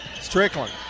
Strickland